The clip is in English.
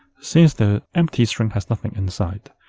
since the empty string has nothing inside,